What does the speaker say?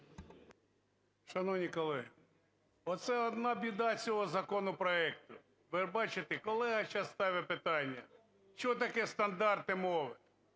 Шановні колеги, оце одна біда цього законопроекту. Ви бачите, колега зараз ставить питання: що таке стандарти мови.